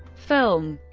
film